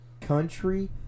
country